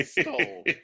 stole